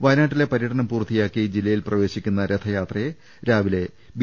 വയനാട്ടിലെ പര്യടനം പൂർത്തിയാക്കി ജില്ലയിൽ പ്രവേശിക്കുന്ന രഥയാത്രയെ രാവിലെ ഒൻപതിന് ബി